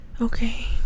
okay